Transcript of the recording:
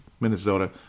Minnesota